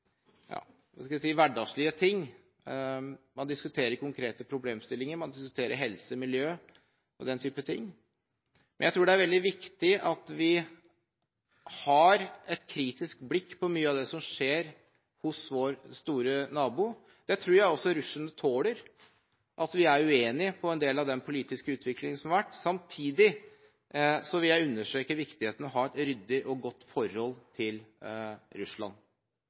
hverdagslige ting. Man diskuterer konkrete problemstillinger, man diskuterer helse, miljø og den type ting. Jeg tror det er veldig viktig at vi har et kritisk blikk på mye av det som skjer hos vår store nabo. Det tror jeg også russerne tåler – at vi er uenige om en del av den politiske utviklingen som har vært. Samtidig vil jeg understreke viktigheten av å ha et ryddig og godt forhold til Russland.